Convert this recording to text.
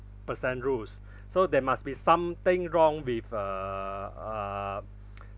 percent rules so there must be something wrong with err err